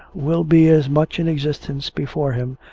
will be as much in existence before him,